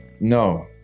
No